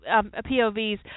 POVs